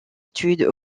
études